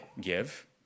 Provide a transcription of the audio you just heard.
give